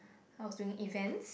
I was doing events